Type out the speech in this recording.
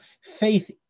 faith